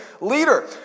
leader